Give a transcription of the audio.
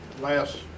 last